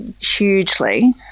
hugely